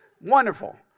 wonderful